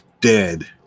Dead